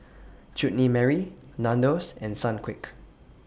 Chutney Mary Nandos and Sunquick